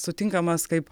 sutinkamas kaip